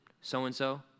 so-and-so